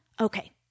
Okay